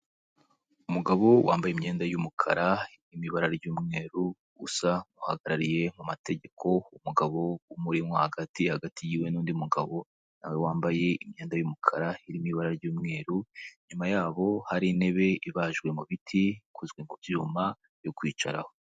Umugabo wambaye imyenda y'umukara irimo ibara ry'umweru usa uhagarariye mu mategeko, umugabo umwe urimo hagati, hagati yiwe n'undi mugabo, nawe wambaye imyenda y'umukara irimo ibara ry'umweru, inyuma yabo hari intebe ibajwe mu biti, ikozwe ku byuma yo kwicaraho.